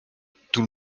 tout